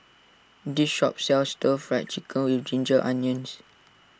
this shop sells Stir Fry Chicken with Ginger Onions